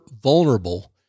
vulnerable